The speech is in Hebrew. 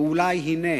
ואולי הנה